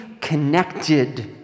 connected